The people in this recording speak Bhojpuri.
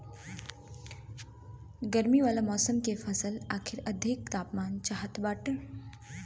गरमी वाला मौसम के फसल खातिर अधिक तापमान चाहत बाटे